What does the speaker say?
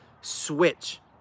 switch